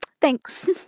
Thanks